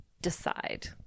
decide